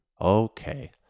Okay